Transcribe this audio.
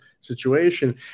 situation